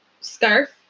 scarf